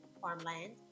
farmland